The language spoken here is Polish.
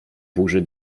burzy